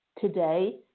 Today